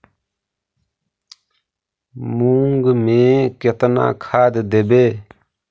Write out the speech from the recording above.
मुंग में केतना खाद देवे?